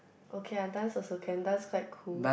okay I dance also can dance quite cool